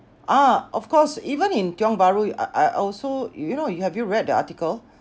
ah of course even in tiong bahru I I also you know have you read the article